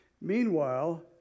Meanwhile